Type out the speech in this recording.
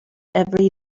every